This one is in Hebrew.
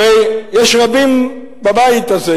הרי יש רבים בבית הזה,